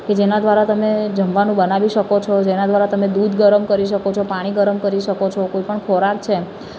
કે જેના દ્વારા તમે જમવાનું બનાવી શકો છો જેના દ્વારા તમે દૂધ ગરમ કરી શકો છો પાણી ગરમ કરી શકો છો કોઈ પણ ખોરાક છે